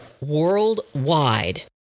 worldwide